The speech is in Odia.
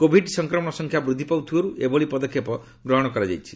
କୋଭିଡ୍ ସଂକ୍ରମଣ ସଂଖ୍ୟା ବୃଦ୍ଧି ପାଉଥିବାରୁ ଏଭଳି ପଦକ୍ଷେପ ଗ୍ରହଣ କରାଯାଇଛି